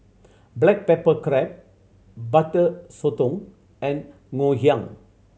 black pepper crab Butter Sotong and Ngoh Hiang